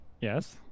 Yes